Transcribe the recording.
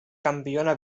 campiona